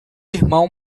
irmão